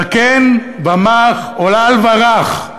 זקן ומך עולל ורך,